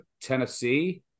Tennessee